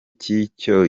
cy’icyo